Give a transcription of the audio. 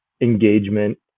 engagement